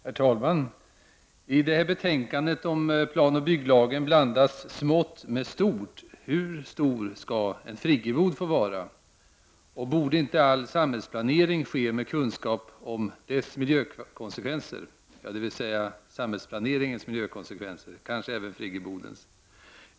Herr talman! I detta betänkande om planoch bygglagen blandas smått med stort: Hur stor skall en friggebod få vara? Borde inte all samhällsplanering ske med kunskap om dess miljökonsekvenser, dvs. samhällsplaneringens miljökonsekvenser — kanske även friggebodens?